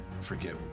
forget